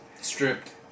Stripped